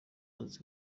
azi